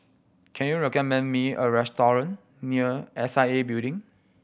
can you recommend me a restaurant near S I A Building